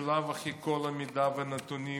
בלאו הכי כל המידע והנתונים,